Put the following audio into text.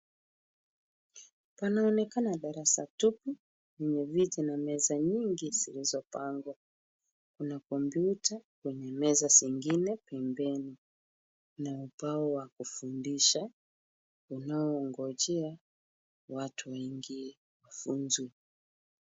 Panaonekana darasa tupu lenye viti na meza nyingi zilizopangwa. Kuna kompyuta kwenye meza zingine pembeni na ubao wa kufundisha unaongojea watu waingie wafunzwe.